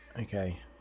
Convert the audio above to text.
Okay